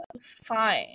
Fine